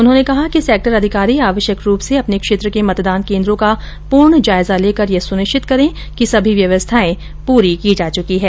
उन्होंने कहा सेक्टर अधिकारी आवश्यक रूप से अपने क्षेत्र के मतदान केंद्रो का पूर्ण जायजा लेकर यह सुनिश्चित करे कि सभी व्यवस्थाए पूरी की जा चुकी हो